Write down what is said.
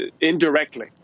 indirectly